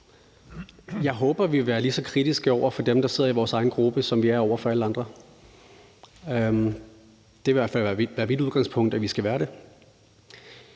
Jeg håber, vi vil være lige så kritiske over for dem, der sidder i vores egen gruppe, som vi er over for alle andre. Det vil i hvert fald være mit udgangspunkt, at vi skal være det.